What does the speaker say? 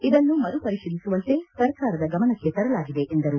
ಇದನ್ನು ಮರುಪರಿಶೀಲಿಸುವಂತೆ ಸರಕಾರದ ಗಮನಕ್ಕೆ ತರಲಾಗಿದೆ ಎಂದರು